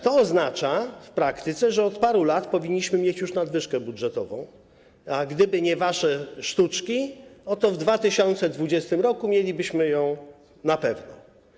To oznacza w praktyce, że od paru lat powinniśmy mieć już nadwyżkę budżetową, a gdyby nie wasze sztuczki, to w 2020 r. mielibyśmy ją na pewno.